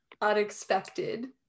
unexpected